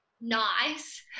nice